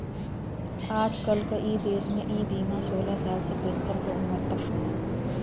आजकल इ देस में इ बीमा सोलह साल से पेन्सन क उमर तक होला